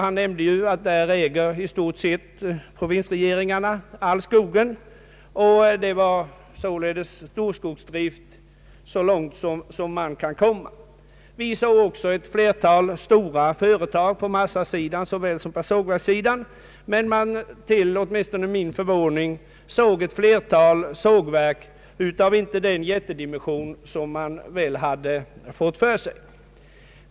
Han nämnde att i Canada äger provinsregeringarna i stort sett all skog. Där hade man således storskogsdrift så långt man kunde komma. Vi såg också ett flertal stora företag såväl på massasidan som på sågverkssidan, men åtminstone till min förvåning såg vi också ett flertal sågverk som inte hade den jättedimension man föreställt sig.